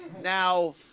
Now